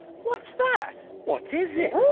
what's that? what is it?